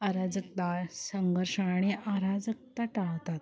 अराजकता संघर्ष आणि अराजकता टाळतात